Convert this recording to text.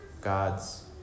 God's